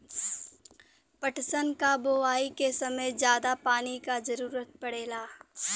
पटसन क बोआई के समय जादा पानी क जरूरत पड़ेला